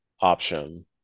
Option